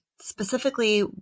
specifically